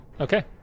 Okay